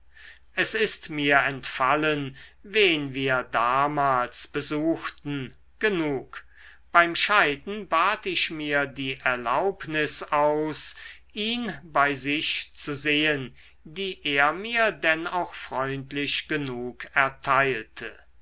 es ist mir entfallen wen wir damals besuchten genug beim scheiden bat ich mir die erlaubnis aus ihn bei sich zu sehen die er mir denn auch freundlich genug erteilte